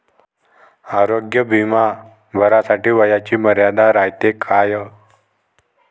आरोग्य बिमा भरासाठी वयाची मर्यादा रायते काय?